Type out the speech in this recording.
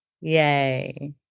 Yay